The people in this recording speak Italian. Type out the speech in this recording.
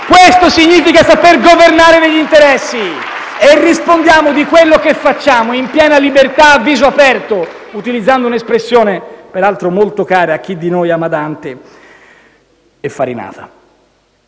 questo significa poter governare degli interessi. Inoltre, rispondiamo di quello che facciamo in piena libertà e a viso aperto, utilizzando un'espressione peraltro molto cara a chi di noi ama Dante e Farinata.